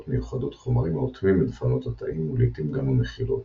מיוחדות חומרים האוטמים את דפנות התאים ולעיתים גם המחילות,